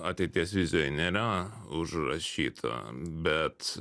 ateities vizijoj nėra užrašyta bet